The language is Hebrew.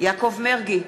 יעקב מרגי,